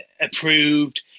approved